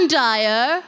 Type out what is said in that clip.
dyer